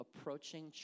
approaching